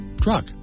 truck